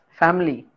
family